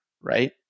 right